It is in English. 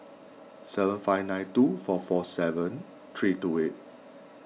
seven five nine two four four seven three two eight